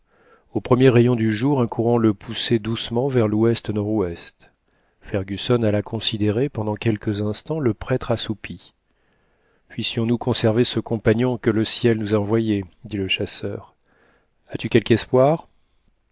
au premier rayon du jour un courant le poussait doucement vers louest nord ouest fergusson alla considérer pendant quelques instants le prêtre assoupi puissions-nous conserver ce compagnon que le ciel nous a envoyé dit le chasseur as-tu quelque espoir